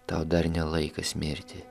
tau dar ne laikas mirti